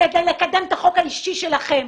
כדי לקדם את החוק האישי שלכם.